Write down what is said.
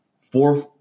four